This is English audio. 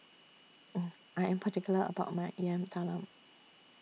I Am particular about My Yam Talam